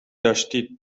داشتید